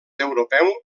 europeu